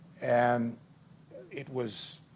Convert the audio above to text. and it was